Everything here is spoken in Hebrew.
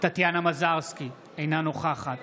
טטיאנה מזרסקי, אינה נוכחת